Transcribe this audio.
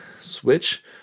Switch